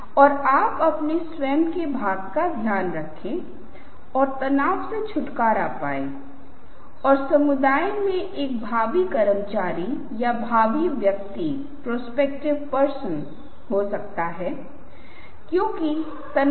और उदाहरण के लिए यह स्लाइड बहुत अधिक विस्तृत है और इसमें बहुत सारे महत्वपूर्ण अंक हैं और यह कुछ रिश्तों को दर्शाता है और बहुत बार मेरी उपस्थिति के बिना भी यह विशेष समझ में आता है